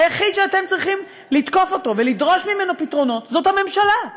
היחיד שאתם צריכים לתקוף אותו ולדרוש ממנו פתרונות זה הממשלה,